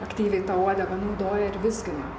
aktyviai tą uodegą naudoja ir vizgina